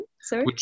sorry